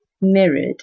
mirrored